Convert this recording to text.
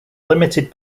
limited